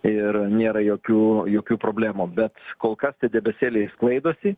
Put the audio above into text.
ir nėra jokių jokių problemų bet kol kas tie debesėliai sklaidosi